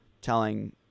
telling